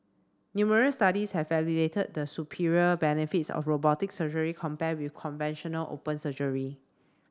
numerous studies have validated the superior benefits of robotic surgery compared with conventional open surgery